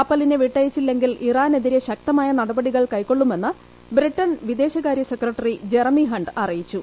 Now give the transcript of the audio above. കപ്പലിനെ വിട്ടയച്ചില്ലെങ്കിൽ ഇറാനെതിരെ ശക്തമായ നടപടികൾ കൈക്കൊള്ളുമെന്ന് ബ്രിട്ടൻ വിദേശകാര്യ സെക്രട്ടറി ജറെമി ഹണ്ട് അറിയിച്ചു